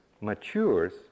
matures